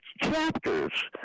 chapters